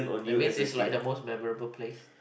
that's means it's like the most memorable place